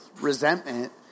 resentment